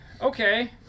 Okay